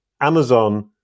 Amazon